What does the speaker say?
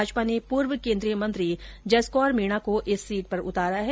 भाजपा ने पूर्व केन्द्रीय मंत्री जसकौर मीणा को इस सीट पर उतारा है